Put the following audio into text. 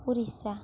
Orissa